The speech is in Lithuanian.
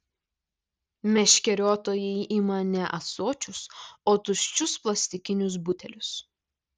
meškeriotojai ima ne ąsočius o tuščius plastikinius butelius